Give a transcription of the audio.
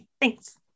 Thanks